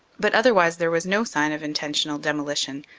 but otherwise there was no sign of intentional demolition,